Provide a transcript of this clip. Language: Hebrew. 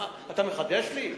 באמת.